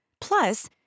Plus